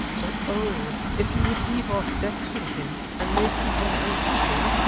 but oh! if you would leave off vexing him and making him unhappy,